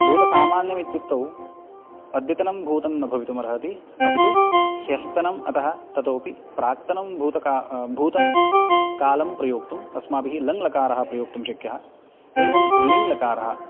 भूतासामान्यम् इत्युक्तौ अद्यतनं भूतं न भवितुम् अर्हति अपितु ह्यस्तनम् अतः ततोपि प्राक्तनं भूतं कालं प्रयोक्तुम् अस्माभिः लङ्लकारः प्रयोक्तुं शक्यः एवं लिङ्लकारः